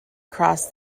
cross